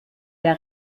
der